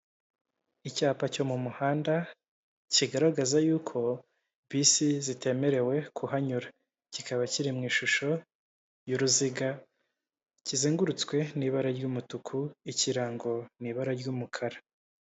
Icyapa cyo mu muhanda kigaragaza yuko bisi zitemerewe kuhanyura, kikaba kiri mu ishusho y'uruziga kizengurutswe n'ibara ry'umutuku ikirango ni ibara ry'umukara.